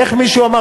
איך מישהו אמר?